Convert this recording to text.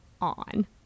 on